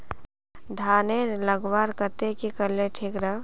धानेर लगवार केते की करले ठीक राब?